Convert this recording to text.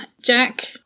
Jack